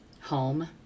home